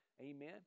amen